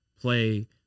play